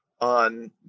on